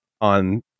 on